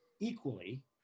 equally